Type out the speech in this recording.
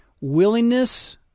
willingness